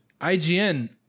IGN